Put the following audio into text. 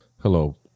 Hello